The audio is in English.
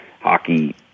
hockey